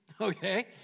okay